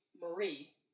Marie